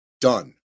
done